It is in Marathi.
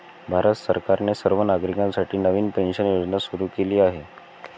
भारत सरकारने सर्व नागरिकांसाठी नवीन पेन्शन योजना सुरू केली आहे